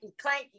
clanky